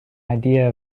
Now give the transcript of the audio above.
idea